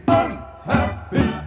unhappy